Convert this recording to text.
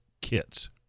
kits